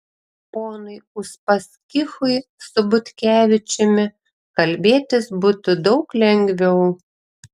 ponui uspaskichui su butkevičiumi kalbėtis būtų daug lengviau